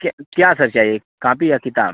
क्या क्या सर चाहिए कापी या किताब